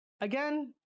Again